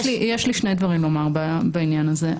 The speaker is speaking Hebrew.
יש לי שני דברים לומר בעניין הזה.